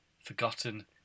forgotten